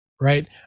right